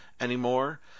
anymore